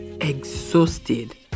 exhausted